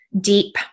deep